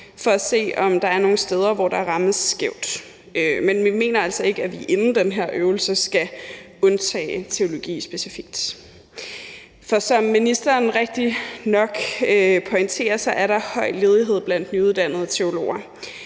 for at se, om der nogle steder, hvor der rammes skævt. Men vi mener altså ikke, at vi inden den her øvelse skal undtage teologi specifikt. For som ministeren rigtigt nok pointerer, er der høj ledighed blandt nyuddannede teologer,